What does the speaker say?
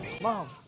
Mom